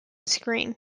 screen